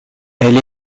elle